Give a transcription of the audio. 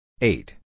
Eight